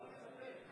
המנגנון התהפך.